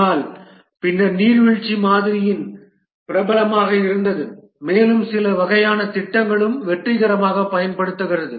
ஆனால் பின்னர் நீர்வீழ்ச்சி மாதிரி பிரபலமாக இருந்தது மேலும் இது சில வகையான திட்டங்களிலும் வெற்றிகரமாக பயன்படுத்தப்படுகிறது